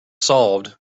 solved